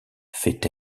feit